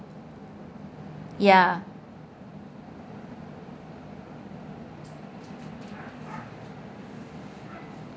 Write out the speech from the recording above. ya